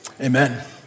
Amen